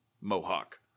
mohawk